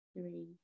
three